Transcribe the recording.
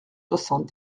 soixante